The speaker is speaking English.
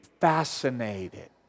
fascinated